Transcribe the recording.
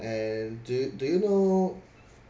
and do you do you know